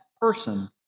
person